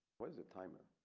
what is the timer?